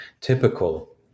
typical